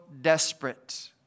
desperate